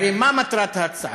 הרי מה מטרת ההצעה?